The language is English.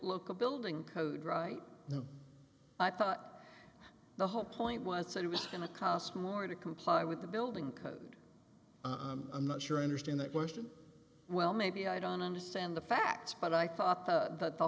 local building code right now i thought the whole point was that it was going to cost more to comply with the building code i'm not sure i understand the question well maybe i don't understand the facts but i thought the